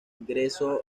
ingreso